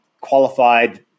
qualified